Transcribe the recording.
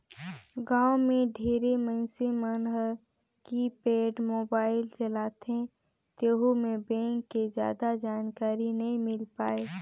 गांव मे ढेरे मइनसे मन हर कीपेड मोबाईल चलाथे तेहू मे बेंक के जादा जानकारी नइ मिल पाये